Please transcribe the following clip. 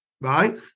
right